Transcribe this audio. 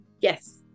Yes